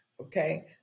okay